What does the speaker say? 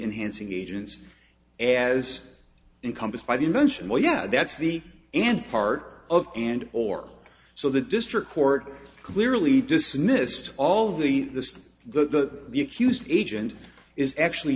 in hansing agents as encompassed by the invention well yeah that's the and part of and or so the district court clearly dismissed all of the the stuff the the accused agent is actually